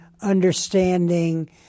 understanding